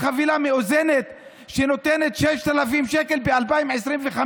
חבילה מאוזנת שנותנת 6,000 שקל ב-2025,